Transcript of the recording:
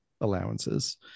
allowances